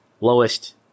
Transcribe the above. Lowest